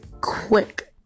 quick